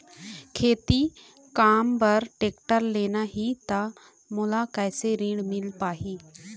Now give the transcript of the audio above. खेती काम बर टेक्टर लेना ही त मोला कैसे ऋण मिल पाही?